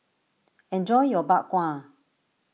enjoy your Bak Kwa